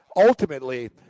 Ultimately